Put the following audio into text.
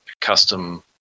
custom